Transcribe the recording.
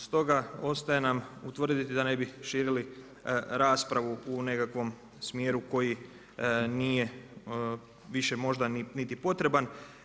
Stoga ostaje nam utvrditi da ne bi širili raspravu u nekakvom smjeru koji nije više možda niti potreban.